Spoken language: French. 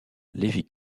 lévy